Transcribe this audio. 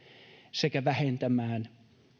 sekä vähentämään